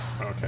okay